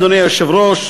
אדוני היושב-ראש,